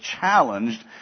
challenged